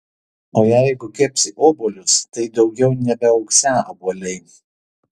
o jeigu kepsi obuolius tai daugiau nebeaugsią obuoliai